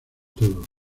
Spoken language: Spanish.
todo